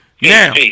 Now